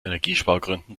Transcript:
energiespargründen